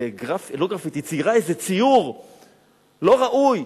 ציירה איזה ציור לא ראוי,